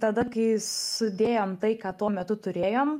tada kai sudėjom tai ką tuo metu turėjom